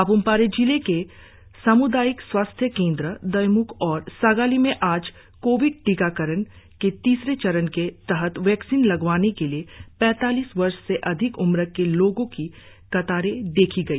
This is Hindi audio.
पाप्म पारे जिले के साम्दायिक स्वास्थ्य केंद्र दोईम्ख और सागाली में आज कोविड टीकाकरण के तीसरे चरण के तहत वैक्सीन लगवाने के लिए पैतालीस वर्ष से अधिक उम्र के लोगो की कतारें दखी गई